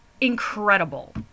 incredible